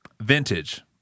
Vintage